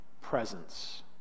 presence